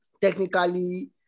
Technically